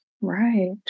right